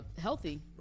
healthy